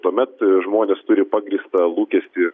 tuomet žmonės turi pagrįstą lūkestį